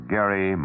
Gary